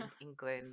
England